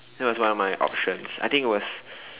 that was one of my options I think it was